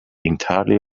entirely